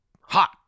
Hot